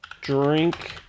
Drink